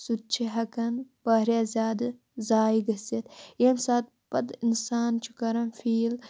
سُہ تہِ چھُ ہٮ۪کان واریاہ زیادٕ زایہِ گٔژھِتھ ییٚمہِ سات پتہٕ اِنسان چھُ کَران فیٖل